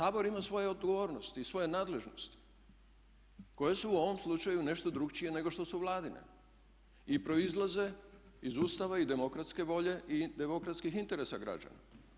A Sabor ima svoju odgovornost i svoje nadležnosti koje su u ovom slučaju nešto drukčije nego što su Vladine i proizlaze iz Ustava i demokratske volje i demokratskih interesa građana.